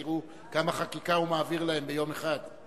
תראו כמה חקיקה הוא מעביר להם ביום אחד.